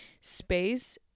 space